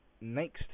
next